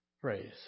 phrase